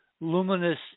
luminous